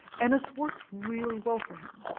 and it's worked really well for him.